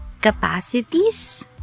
capacities